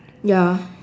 ya